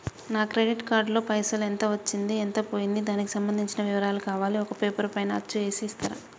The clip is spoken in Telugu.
నా క్రెడిట్ కార్డు లో పైసలు ఎంత వచ్చింది ఎంత పోయింది దానికి సంబంధించిన వివరాలు కావాలి ఒక పేపర్ పైన అచ్చు చేసి ఇస్తరా?